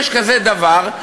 יש כזה דבר,